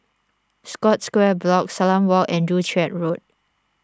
Scotts Square Block Salam Walk and Joo Chiat Road